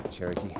Cherokee